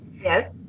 Yes